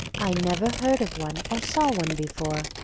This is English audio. i never heard of one or saw one before,